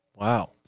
Wow